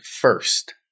first